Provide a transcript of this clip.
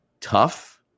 tough